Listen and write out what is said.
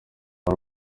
ari